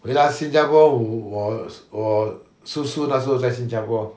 回到新加坡我我叔叔那时候在新加坡